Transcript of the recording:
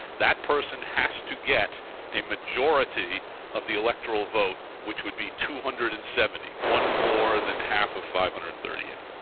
that person has to get a majority of the electoral vote which would be two hundred and seventy, one more than half of five hundred and thirty eight.